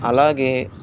అలాగే